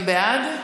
אתם בעד?